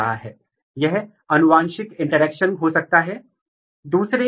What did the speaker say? यहां उत्परिवर्तन की साइट अलग हो सकती है लेकिन एक ही जीन में